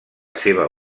seva